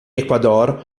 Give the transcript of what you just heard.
ecuador